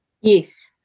Yes